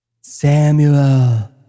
Samuel